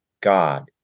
God